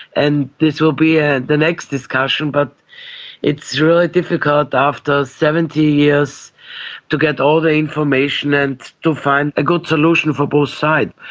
and this will be and the next discussion. but it's really difficult after seventy years to get all the information and to find a good solution for both sides,